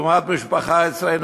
לעומת מה שקונה משפחה אצלנו,